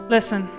Listen